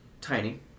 Tiny